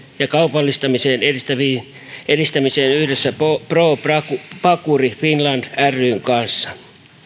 ja kaupallistamisen edistämiseen yhdessä pro pakuri finland ryn kanssa